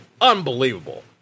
Unbelievable